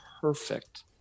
perfect